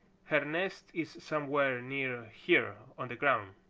her nest is somewhere near here on the ground.